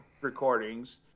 recordings